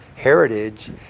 heritage